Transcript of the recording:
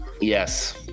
Yes